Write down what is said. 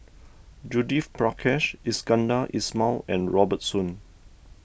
Judith Prakash Iskandar Ismail and Robert Soon